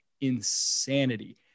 insanity